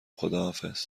خداحافظ